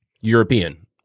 European